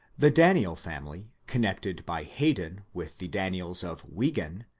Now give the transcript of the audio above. the daniel family, connected by hayden with the daniels of wigan,